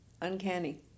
uncanny